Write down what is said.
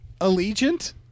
Allegiant